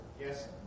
Yes